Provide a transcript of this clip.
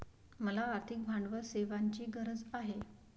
मला आर्थिक भांडवल सेवांची गरज आहे